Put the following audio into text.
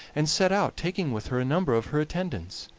and set out, taking with her a number of her attendants.